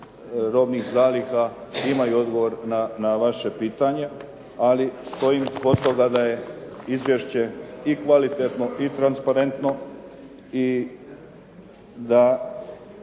robnih zaliha imaju odgovor na vaše pitanje, ali stojim kod toga da je izvješće i kvalitetno i transparentno, i da